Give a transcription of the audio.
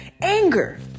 Anger